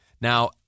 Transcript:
Now